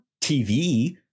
TV